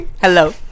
Hello